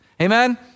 Amen